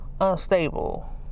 unstable